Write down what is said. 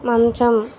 మంచం